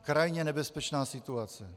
Krajně nebezpečná situace!